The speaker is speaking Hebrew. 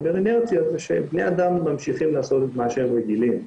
האינרציה זה שבני אדם ממשיכים לעשות את מה שהם רגילים.